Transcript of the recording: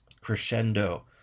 crescendo